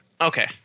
Okay